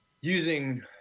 using